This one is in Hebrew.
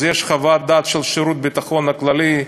יש חוות דעת של שירות ביטחון כללי,